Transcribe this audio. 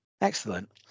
Excellent